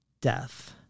death